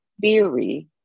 theory